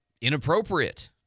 inappropriate